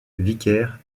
vicaire